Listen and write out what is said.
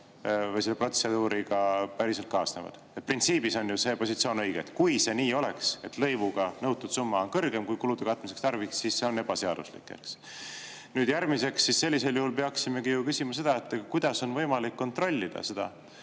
või protseduuriga päriselt kaasnevad. Printsiibis on ju see positsioon õige, et kui see nii oleks, et lõivudega nõutud summa on suurem, kui kulude katmiseks tarvis, siis see on ebaseaduslik. Nüüd järgmiseks, sellisel juhul peaksimegi küsima, kuidas on võimalik kontrollida seda,